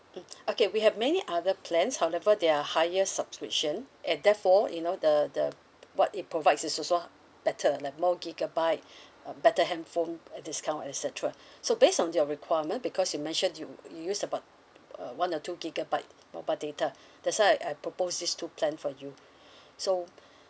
mm okay we have many other plans however they are higher subscription and therefore you know the the what it provides is also better like more gigabyte um better handphone uh discount et cetera so based on your requirement because you mentioned you you use about uh one or two gigabyte mobile data that's why I propose these two plan for you so